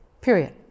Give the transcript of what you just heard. period